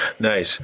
Nice